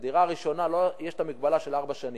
בדירה הראשונה יש המגבלה של ארבע שנים.